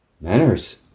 manners